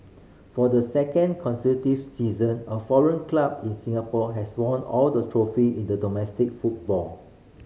for the second consecutive season a foreign club in Singapore has won all trophy in domestic football